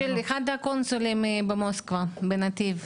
של אחד הקונסולים במוסקבה, בנתיב.